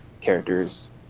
characters